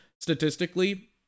statistically